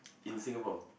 in Singapore